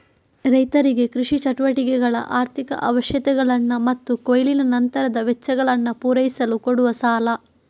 ರೈತರಿಗೆ ಕೃಷಿ ಚಟುವಟಿಕೆಗಳ ಆರ್ಥಿಕ ಅವಶ್ಯಕತೆಗಳನ್ನ ಮತ್ತು ಕೊಯ್ಲಿನ ನಂತರದ ವೆಚ್ಚಗಳನ್ನ ಪೂರೈಸಲು ಕೊಡುವ ಸಾಲ